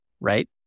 right